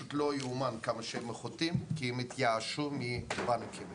בגלל שהם התייאשו מהבנקים.